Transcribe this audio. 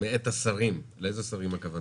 "מאת השרים" לאיזה שרים הכוונה?